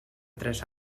tres